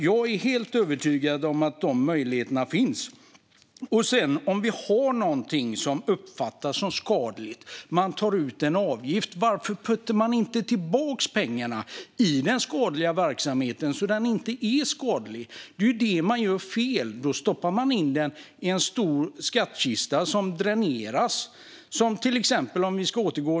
Jag är helt övertygad om att de möjligheterna finns. Om någonting uppfattas som skadligt och man tar ut en avgift för det, varför puttar man då inte tillbaka pengarna i den skadliga verksamheten så att den blir mindre skadlig? Det är ju där man gör fel. I stället stoppar man in pengarna i en stor skattkista som dräneras. Jag ska ta ett exempel.